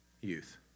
youth